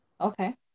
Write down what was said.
Okay